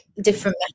different